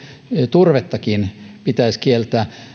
turvettakin pitäisi kieltää